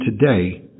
today